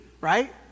right